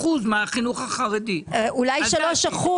נרצחה אישה.